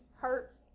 hurts